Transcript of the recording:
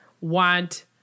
want